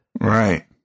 Right